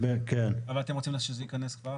אבל אתם רוצים שזה ייכנס כבר?